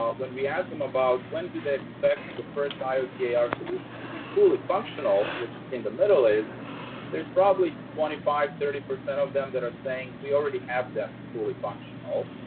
ah when we ask them about when do they expect the first iot-ar yeah solutions to be fully functional, which has seen the middle is there's probably twenty five, thirty percent of them that are saying, we already have them fully functional,